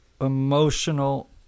emotional